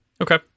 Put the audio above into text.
Okay